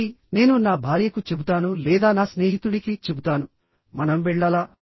ఆపై నేను నా భార్యకు చెబుతాను లేదా నా స్నేహితుడికి చెబుతాను మనం వెళ్ళాలా